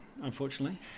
unfortunately